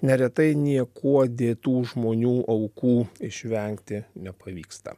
neretai niekuo dėtų žmonių aukų išvengti nepavyksta